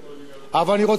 אבל אני רוצה לדבר